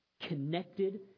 connected